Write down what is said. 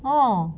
ah